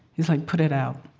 he's like, put it out.